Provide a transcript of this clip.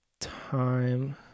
time